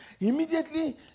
Immediately